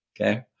okay